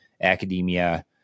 academia